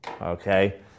okay